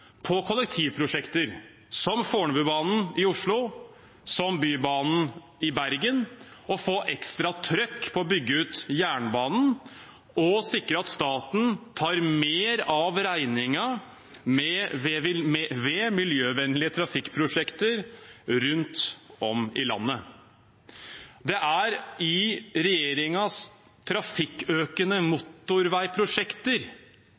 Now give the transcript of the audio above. på kollektivprosjekter, som Fornebubanen i Oslo og Bybanen i Bergen, på å få et ekstra trøkk på å bygge ut jernbanen og på sikre at staten tar mer av regningen ved miljøvennlige trafikkprosjekter rundt omkring i landet. Det er i regjeringens trafikkøkende